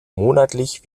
monatlich